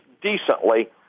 decently –